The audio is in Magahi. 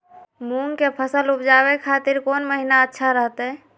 मूंग के फसल उवजावे खातिर कौन महीना अच्छा रहतय?